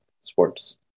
sports